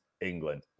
England